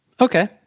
Okay